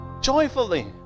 Joyfully